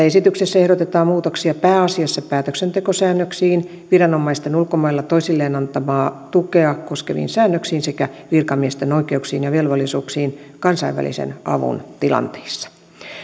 esityksessä ehdotetaan muutoksia pääasiassa päätöksentekosäännöksiin viranomaisten ulkomailla toisilleen antamaa tukea koskeviin säännöksiin sekä virkamiesten oikeuksiin ja velvollisuuksiin kansainvälisen avun tilanteissa